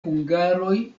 hungaroj